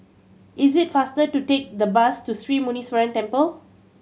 is it faster to take the bus to Sri Muneeswaran Temple